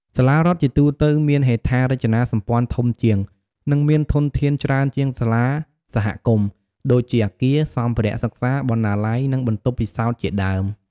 សាលារដ្ឋជាទូទៅមានហេដ្ឋារចនាសម្ព័ន្ធធំជាង និងមានធនធានច្រើនជាងសាលាសហគមន៍ ដូចជាអាគារ សម្ភារៈសិក្សា បណ្ណាល័យ និងបន្ទប់ពិសោធន៍ជាដើម។